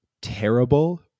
terrible